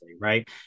right